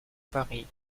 paris